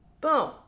boom